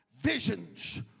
visions